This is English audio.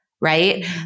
right